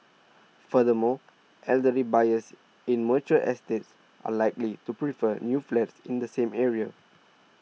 furthermore elderly buyers in mature estates are likely to prefer new flats in the same area